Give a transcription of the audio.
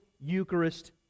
Eucharist